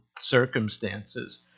circumstances